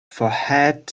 forehead